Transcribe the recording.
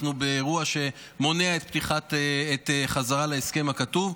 אנחנו באירוע שמונע את החזרה להסכם הכתוב.